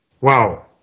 Wow